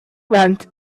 went